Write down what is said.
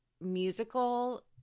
musical